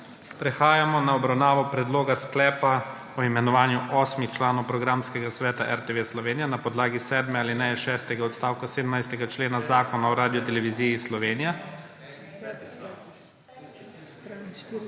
Prehajamo na obravnavo Predloga sklepa o imenovanju petih članov Programskega sveta RTV Slovenija na podlagi šeste alineje šestega odstavka 17. člena Zakona o Radioteleviziji Slovenija.